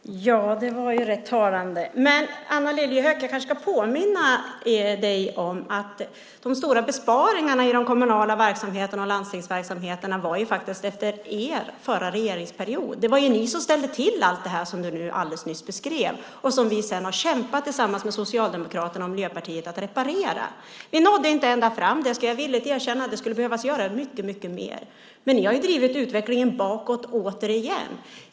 Herr talman! Det var ju rätt talande. Jag kanske ska påminna dig, Anna Lilliehöök, om att de stora besparingarna i de kommunala verksamheterna och landstingsverksamheterna var efter er förra regeringsperiod. Det var ni som ställde till det du alldeles nyss beskrev och som vi sedan har kämpat tillsammans med Socialdemokraterna och Miljöpartiet för att reparera. Vi nådde inte ända fram; det ska jag villigt erkänna. Det skulle behövas mycket mer. Men ni har drivit utvecklingen bakåt igen.